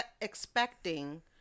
expecting